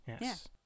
yes